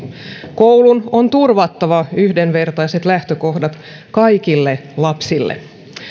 koulun on turvattava yhdenvertaiset lähtökohdat kaikille lapsille